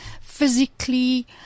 physically